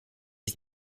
dix